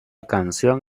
canción